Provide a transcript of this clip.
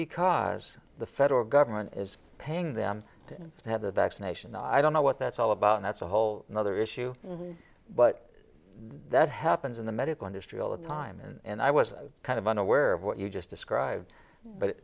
because the federal government is paying them to have the vaccination i don't know what that's all about and that's a whole nother issue but that happens in the medical industry all the time and i was kind of unaware of what you just described but